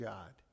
God